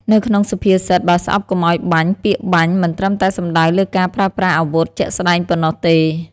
នៅក្នុងសុភាសិត "បើស្អប់កុំឲ្យបាញ់" ពាក្យ "បាញ់" មិនត្រឹមតែសំដៅលើការប្រើប្រាស់អាវុធជាក់ស្តែងប៉ុណ្ណោះទេ។